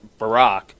Barack